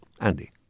Andy